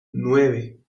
nueve